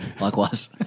likewise